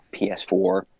PS4